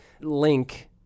link